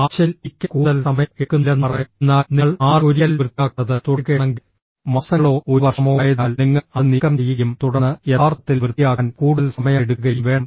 ആഴ്ചയിൽ ഒരിക്കൽ കൂടുതൽ സമയം എടുക്കുന്നില്ലെന്ന് പറയാം എന്നാൽ നിങ്ങൾ ആറിൽ ഒരിക്കൽ വൃത്തിയാക്കുന്നത് തുടരുകയാണെങ്കിൽ മാസങ്ങളോ ഒരു വർഷമോ ആയതിനാൽ നിങ്ങൾ അത് നീക്കം ചെയ്യുകയും തുടർന്ന് യഥാർത്ഥത്തിൽ വൃത്തിയാക്കാൻ കൂടുതൽ സമയം എടുക്കുകയും വേണം